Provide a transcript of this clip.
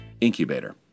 Incubator